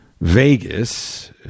Vegas